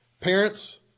Parents